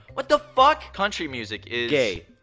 what the fuck! country music is gay!